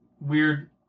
weird